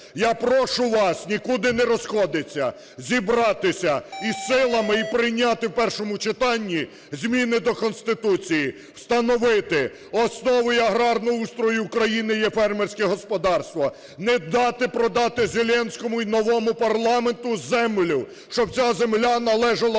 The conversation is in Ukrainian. Я прошу вас нікуди не розходитися, зібратися із силами і прийняти в першому читанні зміни до Конституції, встановити: основою аграрного устрою України є фермерське господарство. Не дати продати Зеленському і новому парламенту землю, щоб ця земля належала